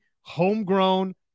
homegrown